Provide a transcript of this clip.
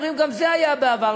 אומרים: גם זה היה בעבר.